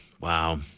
Wow